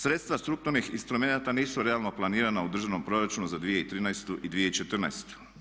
Sredstva strukturnih instrumenata nisu realno planirana u Državnom proračunu za 2013. i 2014.